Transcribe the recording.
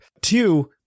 Two